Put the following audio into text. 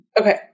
Okay